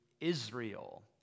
Israel